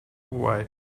why